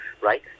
right